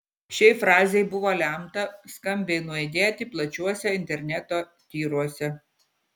šiai frazei buvo lemta skambiai nuaidėti plačiuose interneto tyruose